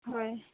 হয়